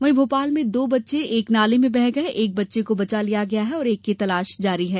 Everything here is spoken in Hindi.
वहीं भोपाल में दो बच्चे एक नाले में बह गये एक बच्चे को बचा लिया गया और एक की तलाश जारी है